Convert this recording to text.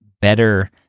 better